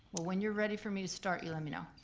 well, when you're ready for me to start you let me know.